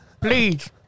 Please